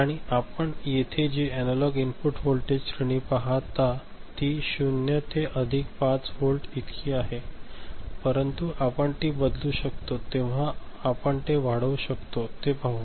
आणि आपण येथे जी एनालॉग इनपुट व्होल्टेज श्रेणी पाहता ती 0 ते अधिक 5 व्होल्ट इतकी आहे परंतु आपण ती बदलू शकतो तेव्हा आपण ते वाढवू शकतो ते पाहू